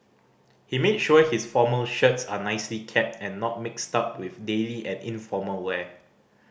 he made sure his formal shirts are nicely kept and not mixed up with daily and informal wear